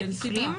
אלף